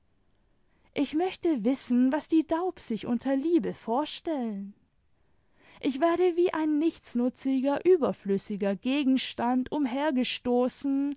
ich mochte wissen was die daubs sich unter liebe vorstellen ich werde wie ein nichtsnutziger überflüssiger gegenstand